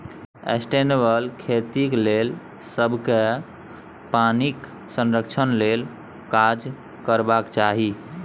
sustainable खेतीक लेल सबकेँ पानिक संरक्षण लेल काज करबाक चाही